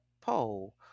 Pole